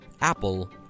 Apple